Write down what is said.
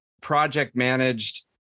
project-managed